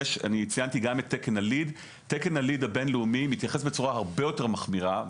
ציינתי גם את תקן ה-LEED הבינלאומי שמתייחס בצורה הרבה יותר מחמירה.